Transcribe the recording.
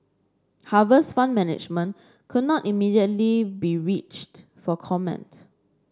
Harvest Fund Management could not be immediately be reached for comment